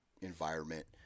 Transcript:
environment